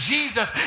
Jesus